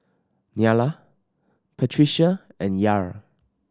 Nyla Patricia and Yair